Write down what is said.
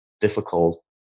difficult